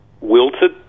wilted